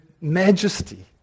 majesty